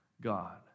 God